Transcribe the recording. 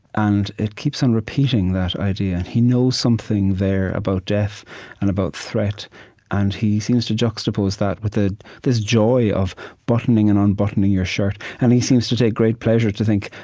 and it keeps on repeating, that idea he knows something there about death and about threat and he seems to juxtapose that with ah this joy of buttoning and unbuttoning your shirt and he seems to take great pleasure to think,